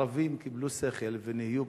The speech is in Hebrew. הערבים קיבלו שכל ונהיו פרגמטיים,